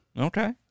Okay